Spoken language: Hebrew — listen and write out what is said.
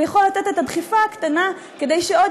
והוא יכול לתת את הדחיפה הקטנה כדי שעוד